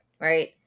right